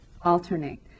alternate